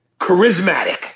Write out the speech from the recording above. charismatic